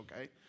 okay